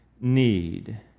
need